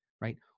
right